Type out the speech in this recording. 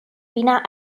wiener